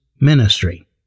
ministry